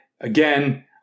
Again